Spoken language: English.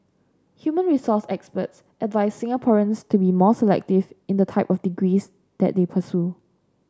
human resource experts advised Singaporeans to be more selective in the type of degrees that they pursue